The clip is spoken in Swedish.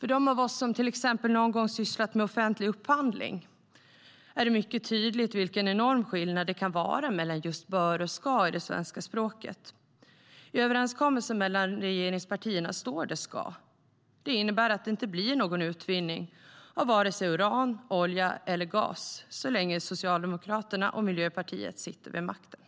För de av oss som någon gång sysslat med till exempel offentlig upphandling på någon nivå, är det mycket tydligt vilken enorm skillnad det är mellan just "bör" och "ska" i det svenska språket. I överenskommelsen mellan regeringspartierna står det "ska". Det innebär att det inte blir någon utvinning av vare sig uran, olja eller gas så länge Miljöpartiet och Socialdemokraterna sitter vid makten.